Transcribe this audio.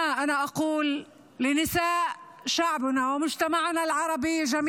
גם אם היא של הרוצחים מתוך החברה שלנו,